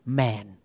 man